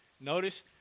Notice